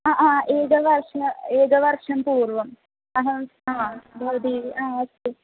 हा हा एकवर्षम् एकवर्षं पूर्वम् अहं हा भवति हा अस्तु